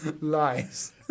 lies